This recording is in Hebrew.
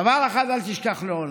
דבר אחד אל תשכח לעולם: